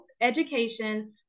education